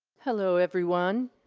hello everyone.